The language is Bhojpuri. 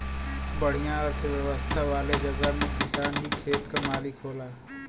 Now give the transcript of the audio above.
बढ़िया अर्थव्यवस्था वाले जगह में किसान ही खेत क मालिक होला